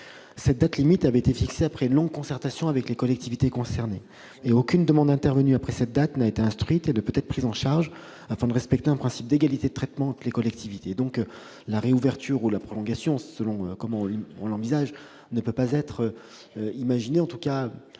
Cette date limite avait été fixée après une longue concertation avec les collectivités concernées, et aucune demande intervenue après cette date n'a été instruite et ne peut être prise en charge, afin de respecter un principe d'égalité de traitement entre les collectivités. La réouverture ou la prolongation, selon la façon dont on envisage les choses, ne peut pas être retenue par le Gouvernement.